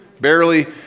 Barely